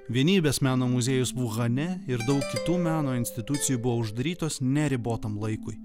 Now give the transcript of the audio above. vienybės meno muziejus uhane ir daug kitų meno institucijų buvo uždarytos neribotam laikui